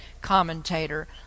commentator